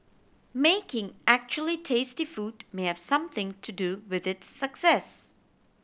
making actually tasty food may have something to do with its success